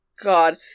God